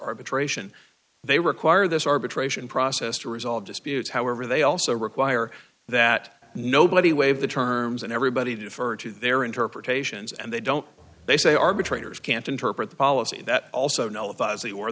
arbitration they require this arbitration process to resolve disputes however they also require that nobody waive the terms and everybody defer to their interpretations and they don't they say arbitrators can't interpret the policy that also